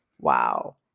Wow